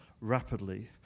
rapidly